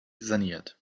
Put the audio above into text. saniert